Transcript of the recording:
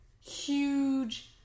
Huge